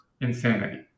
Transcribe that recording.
insanity